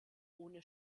ohne